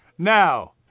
Now